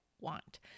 want